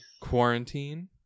quarantine